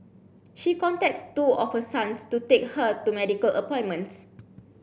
she contacts two of her sons to take her to medical appointments